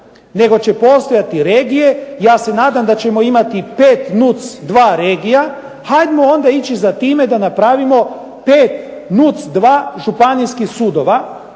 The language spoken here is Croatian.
nego će postojati regije, ja se nadam da ćemo imati 5 NUC2 regija, hajdemo onda ići za time da napravimo 5 NUC2 županijskih sudova